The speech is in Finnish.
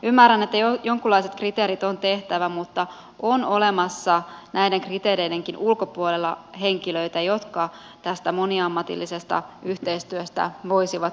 ymmärrän että jonkunlaiset kriteerit on tehtävä mutta on olemassa näiden kriteereiden ulkopuolellakin henkilöitä jotka tästä moniammatillisesta yhteistyöstä voisivat hyötyä